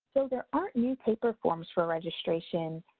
so, there aren't new paper forms for registration.